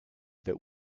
that